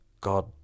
God